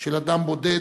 של אדם בודד,